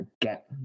Get